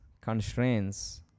constraints